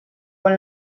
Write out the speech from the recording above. con